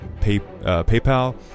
paypal